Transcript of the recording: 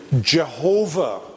Jehovah